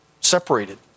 separated